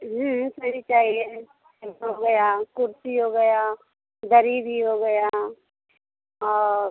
jeans नहीं चाहिए हो गया कुर्ती हो गया दरी भी हो गया और